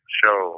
show